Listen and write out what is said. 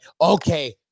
okay